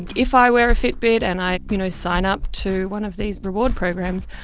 if i wear a fitbit and i you know sign up to one of these reward programs,